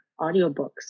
audiobooks